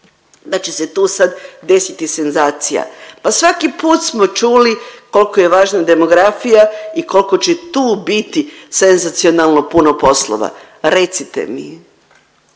da će se tu desiti senzacija, pa svaki put smo čuli kolko je važna demografija i kolko će tu biti senzacionalno puno poslova. Recite mi